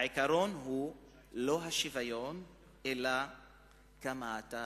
העיקרון הוא לא השוויון אלא כמה אתה